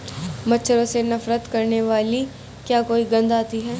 मच्छरों से नफरत करने वाली क्या कोई गंध आती है?